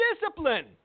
discipline